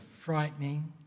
frightening